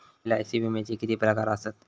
LIC विम्याचे किती प्रकार आसत?